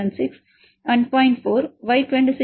4 Y26H 1